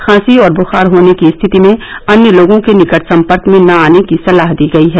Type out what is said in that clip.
खांसी और बुखार होने की स्थिति में अन्य लोगों के निकट संपर्क में न आने की सलाह दी गई है